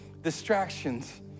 distractions